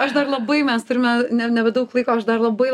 aš dar labai mes turime ne nebedaug laiko aš dar labai